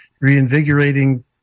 reinvigorating